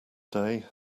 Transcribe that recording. day